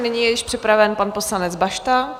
Nyní je již připraven pan poslanec Bašta.